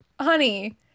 honey